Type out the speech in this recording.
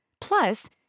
Plus